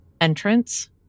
entrance